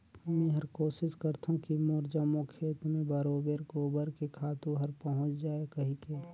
मेहर कोसिस करथों की मोर जम्मो खेत मे बरोबेर गोबर के खातू हर पहुँच जाय कहिके